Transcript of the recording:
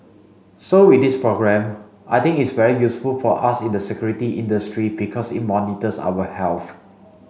so with this programme I think it's very useful for us in the security industry because it monitors our health